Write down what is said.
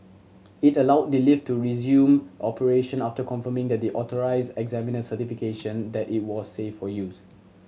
it allowed the lift to resume operation after confirming the authorised examiner certification that it was safe for use